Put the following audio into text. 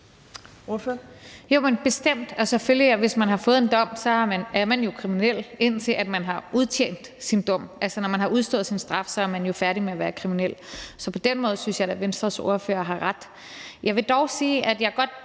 Jo, bestemt, hvis man har fået en dom, er man selvfølgelig kriminel, indtil man har udstået sin straf. Når man har udstået sin straf, er man jo færdig med at være kriminel. Så på den måde synes jeg da at Venstres ordfører har ret. Jeg vil dog sige, at jeg sagtens